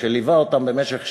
שליווה אותם במשך שנים,